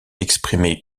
exprimer